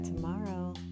tomorrow